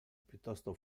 piuttosto